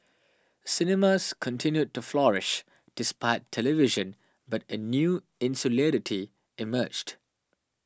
cinemas continued to flourish despite television but a new insularity emerged